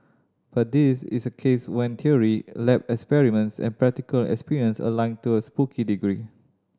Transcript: but this is a case when theory lab experiments and practical experience align to a spooky degree